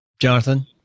Jonathan